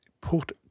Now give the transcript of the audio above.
put